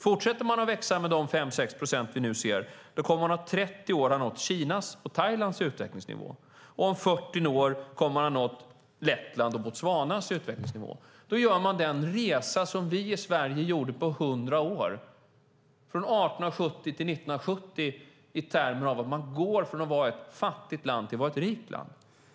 Fortsätter man att växa med de 5-6 procent vi nu ser kommer man om 30 år att ha nått Kinas och Thailands utvecklingsnivå. Om 40 år kommer man att ha nått Lettlands och Botswanas utvecklingsnivå. Då gör man den resa som vi i Sverige gjorde på 100 år, från 1870 till 1970, i termer av att man går från att vara ett fattigt land till att vara ett rikt land.